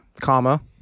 Comma